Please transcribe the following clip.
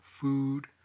food